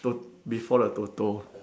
Tot~ before the Toto